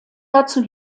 dazu